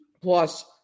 plus